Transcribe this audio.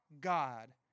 God